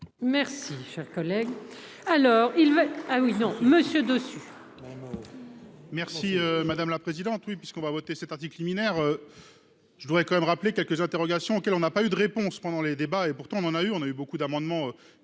Merci cher collègue.